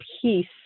peace